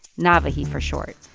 nawahi for short.